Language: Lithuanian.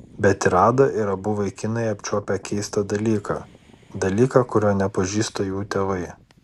bet ir ada ir abu vaikinai apčiuopę keistą dalyką dalyką kurio nepažįsta jų tėvai